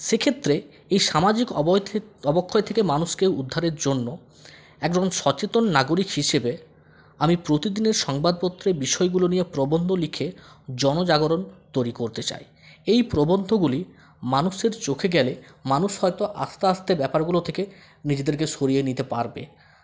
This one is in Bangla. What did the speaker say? সেক্ষেত্রে এই সামাজিক অবয় অবক্ষয় থেকে মানুষকে উদ্ধারের জন্য একজন সচেতন নাগরিক হিসেবে আমি প্রতিদিনের সংবাদপত্রের বিষয়গুলো নিয়ে প্রবন্ধ লিখে জনজাগরণ তৈরি করতে চাই এই প্রবন্ধগুলি মানুষের চোখে গেলে মানুষ হয়তো আস্তে আস্তে ব্যাপারগুলো থেকে নিজেদেরকে সরিয়ে নিতে পারবে